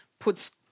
Puts